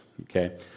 okay